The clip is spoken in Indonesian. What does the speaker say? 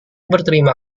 berterima